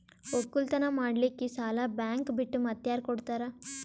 ಒಕ್ಕಲತನ ಮಾಡಲಿಕ್ಕಿ ಸಾಲಾ ಬ್ಯಾಂಕ ಬಿಟ್ಟ ಮಾತ್ಯಾರ ಕೊಡತಾರ?